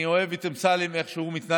אני אוהב את אמסלם, את איך שהוא מתנהג,